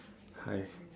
I